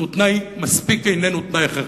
זה תנאי מספיק, זה איננו תנאי הכרחי.